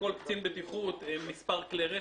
לכל קצין בטיחות מספר כלי רכב.